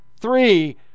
Three